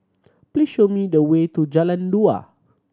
please show me the way to Jalan Dua